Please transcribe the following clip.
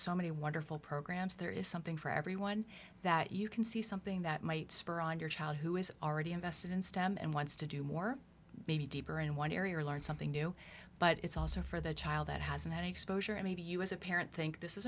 so many wonderful programs there is something for everyone that you can see something that might spur on your child who is already invested in stem and wants to do more maybe deeper in one area or learn something new but it's also for the child that has an exposure and maybe you as a parent think this